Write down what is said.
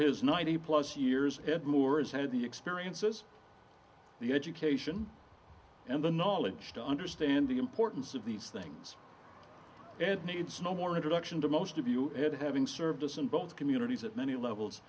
his ninety plus years and more is had the experiences the education and the knowledge to understand the importance of these things and needs no more introduction to most of you had having served us in both communities at many levels